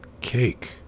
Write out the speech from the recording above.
Cake